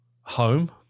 home